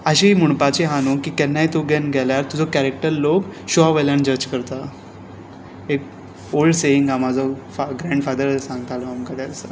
अशी म्हुणपाची हा न्हू की केन्नाय तूं घेन गेल्यार तुजो कॅरॅक्टर लोक शुआ वेल्यान जज करता एक ओल्ड सेयींग आ म्हजो फा ग्रँड फादर सांगतालो आमकां त्या दिसा